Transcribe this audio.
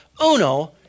uno